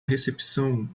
recepção